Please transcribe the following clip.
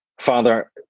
Father